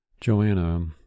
Joanna